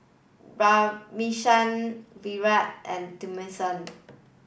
Radhakrishnan Virat and Thamizhavel